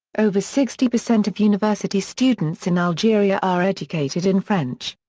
over sixty percent of university students in algeria are educated in french.